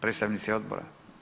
Predstavnici odbora?